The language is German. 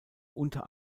unter